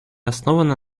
основана